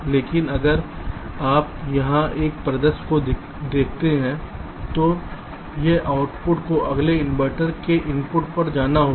लेकिन अगर आप यहां इस परिदृश्य को देखते हैं तो इस आउटपुट को अगले इन्वर्टर के इनपुट पर जाना होगा